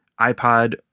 iPod